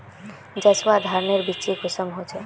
जसवा धानेर बिच्ची कुंसम होचए?